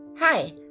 Hi